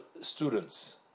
students